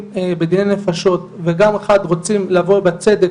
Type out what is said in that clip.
בדיני נפשות ופעם אחת רוצים לבוא בצדק,